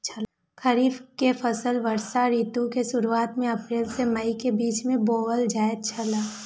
खरीफ के फसल वर्षा ऋतु के शुरुआत में अप्रैल से मई के बीच बौअल जायत छला